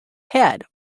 head